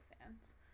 fans